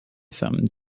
some